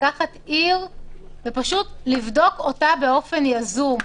לקחת עיר ולבדוק אותה באופן יזום.